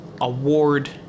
award